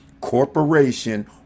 corporation